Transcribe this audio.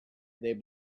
they